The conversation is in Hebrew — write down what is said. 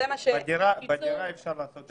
בדירה אפשר לעשות.